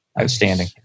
Outstanding